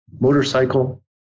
motorcycle